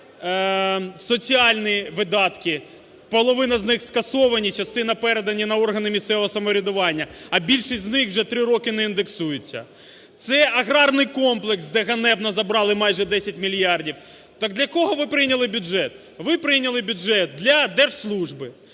це соціальні видатки, половина з них скасовані, частина передані на органи місцевого самоврядування, а більшість з них вже три роки не індексується, це аграрний комплекс, де ганебно забрали майже 10 мільярдів. Так для кого ви прийняли бюджет? Ви прийняли бюджет для держслужби,